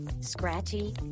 scratchy